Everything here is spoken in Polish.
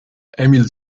emil